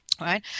right